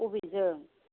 अबेजों